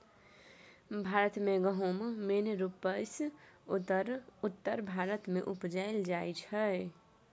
भारत मे गहुम मेन रुपसँ उत्तर भारत मे उपजाएल जाइ छै